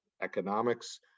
economics